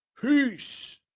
Peace